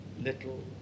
little